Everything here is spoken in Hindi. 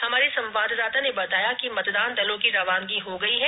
हमारे संवाददाता ने बताया कि मतदान दलों की रवानगी हो गई है